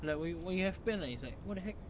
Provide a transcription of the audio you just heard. like when when you have pen ah it's like what the heck